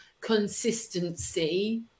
consistency